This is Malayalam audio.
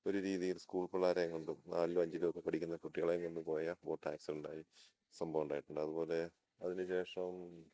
ഒരു രീതിയിൽ സ്കൂൾ പിള്ളേരെ കൊണ്ട് നാലിലും അഞ്ചിലുമൊക്കെ പഠിക്കുന്ന കുട്ടികളെ കൊണ്ട് പോയ ബോട്ട് ആക്സിഡൻ്റയ സംഭവം ഉണ്ടായിട്ടുണ്ട് അതുപോലെ അതിന് ശേഷം